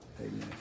Amen